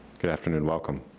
good afternoon, welcome.